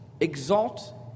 exalt